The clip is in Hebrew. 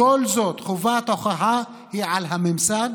כל זאת, חובת ההוכחה היא על הממסד